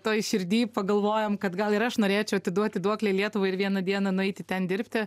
toj širdy pagalvojam kad gal ir aš norėčiau atiduoti duoklę lietuvai ir vieną dieną nueiti ten dirbti